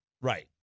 Right